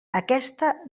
aquesta